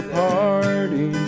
party